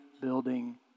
building